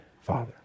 father